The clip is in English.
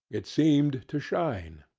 it seemed to shine.